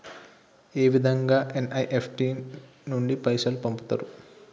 ఏ విధంగా ఎన్.ఇ.ఎఫ్.టి నుండి పైసలు పంపుతరు?